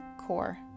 core